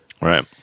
Right